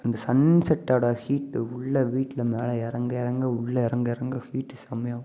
இந்த சன் செட்டோட ஹீட்டு உள்ள வீட்டில் மேலே இறங்க இறங்க உள்ள இறங்க இறங்க ஹீட்டு செமையாகும்